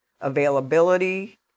availability